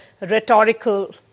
rhetorical